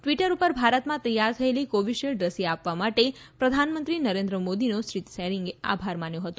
Twitter ઉપર ભારતમાં તૈયાર થયેલી કોવીશીલ્ડ રસી આપવા માટે પ્રધાનમંત્રી નરેન્દ્ર મોદીનો શ્રી ત્સેરીંગે આભાર માન્યો હતો